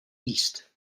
east